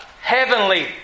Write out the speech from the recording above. heavenly